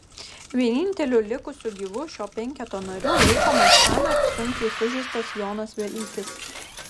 vieninteliu likusiu gyvu šio penketo nariu laikomas tąnakt sunkiai sužeistas jonas velykis